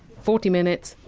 forty minutes,